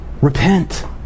Repent